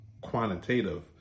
quantitative